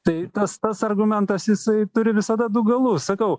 tai tas tas argumentas jisai turi visada du galus sakau